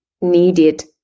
needed